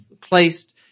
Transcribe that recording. placed